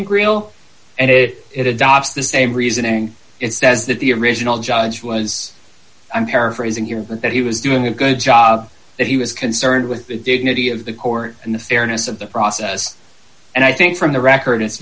disappointing greil and it it adopts the same reasoning it says that the original johns was i'm paraphrasing here but that he was doing a good job that he was concerned with the dignity of the court and the fairness of the process and i think from the record it's